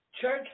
Church